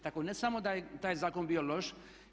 Tako ne samo da je taj zakon bio loš.